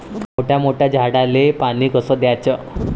मोठ्या मोठ्या झाडांले पानी कस द्याचं?